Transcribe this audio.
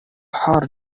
حار